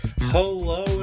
Hello